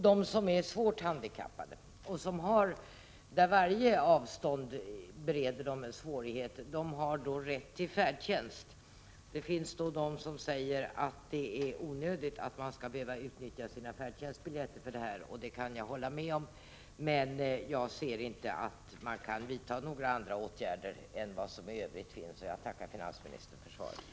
De som är svårt handikappade, och för vilka alla avstånd innebär svårigheter, har rätt till färdtjänst. En del människor anser dock att de handikappade inte skall behöva utnyttja sina färdtjänstbiljetter i det här fallet, vilket jag kan hålla med om. Jag finner emellertid inte att några andra åtgärder kan vidtas, och jag tackar än en gång finansministern för svaret.